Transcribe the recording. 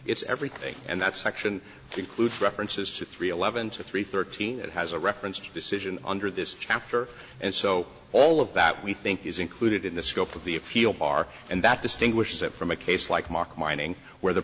it's everything and that section includes references to three eleven two three thirteen it has a reference to a decision under this chapter and so all of that we think is included in the scope of the appeal bar and that distinguishes it from a case like mark mining where the